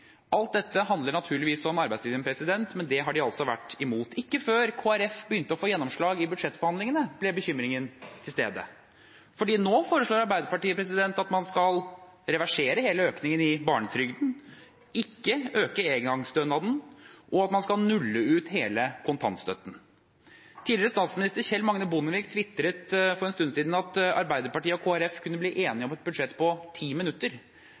Alt dette handler naturligvis om arbeidslinjen, men det har de altså vært imot. Ikke før Kristelig Folkeparti begynte å få gjennomslag i budsjettforhandlingene, kom bekymringen til syne, for nå foreslår Arbeiderpartiet at man skal reversere hele økningen i barnetrygden, ikke øke engangsstønaden, og at man skal nulle ut hele kontantstøtten. Tidligere statsminister Kjell Magne Bondevik tvitret for en stund siden at Arbeiderpartiet og Kristelig Folkeparti kunne bli enige om et budsjett på ti minutter.